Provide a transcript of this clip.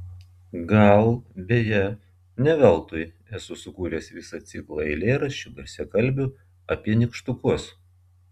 gal beje ne veltui esu sukūręs visą ciklą eilėraščių greitakalbių apie nykštukus